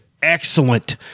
excellent